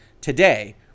Today